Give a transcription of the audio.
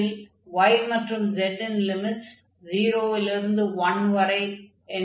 அதில் y மற்றும் z ன் லிமிட்ஸ் 0 லிருந்து 1 வரை என்று இருக்கும்